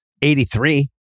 83